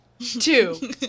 Two